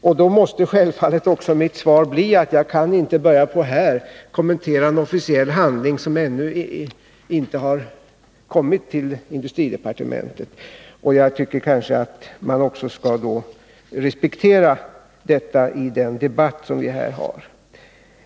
Därför måste mitt svar bli att jag inte nu kan kommentera en officiell handling som ännu inte har inlämnats till industridepartementet, och jag tycker att man borde kunna respektera detta i den debatt som vi för här.